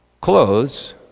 Clothes